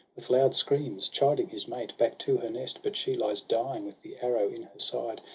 with loud screams chiding his mate back to her nest but she lies dying, with the arrow in her side,